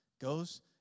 Goes